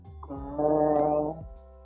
Girl